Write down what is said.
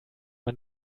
man